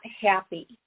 happy